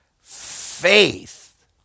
faith